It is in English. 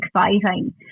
exciting